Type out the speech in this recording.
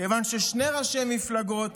כיוון ששני ראשי מפלגות,